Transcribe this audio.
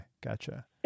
gotcha